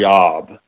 job